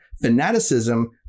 fanaticism